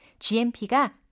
GMP가